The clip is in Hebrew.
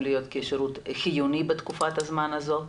להיות כשירות חיוני בתקופת הזמן הזאת,